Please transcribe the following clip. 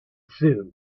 soon